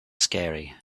scary